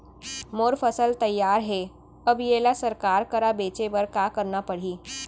मोर फसल तैयार हे अब येला सरकार करा बेचे बर का करना पड़ही?